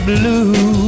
Blue